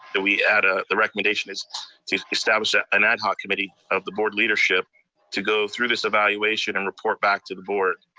that we add ah the recommendation to establish an ad hoc committee of the board leadership to go through this evaluation and report back to the board